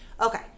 Okay